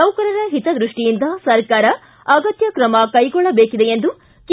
ನೌಕರರ ಹಿತದೃಷ್ಷಿಯಿಂದ ಸರ್ಕಾರ ಅಗತ್ಯ ಕ್ರಮ ಕೈಗೊಳ್ಳಬೇಕಿದೆ ಎಂದು ಕೆ